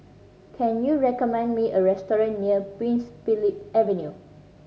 can you recommend me a restaurant near Prince Philip Avenue